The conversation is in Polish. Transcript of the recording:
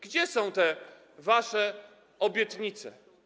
Gdzie są te wasze obietnice?